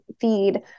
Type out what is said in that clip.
feed